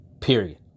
Period